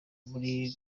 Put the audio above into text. muri